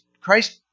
Christ